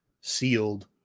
sealed